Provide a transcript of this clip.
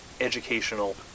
educational